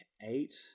eight